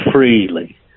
freely